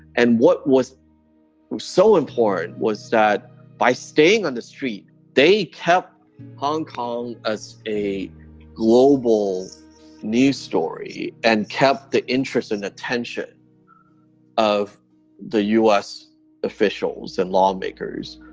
and what was so important was that by staying on the street, they kept hong kong as a global news story and kept the interest and attention of the us officials and lawmakers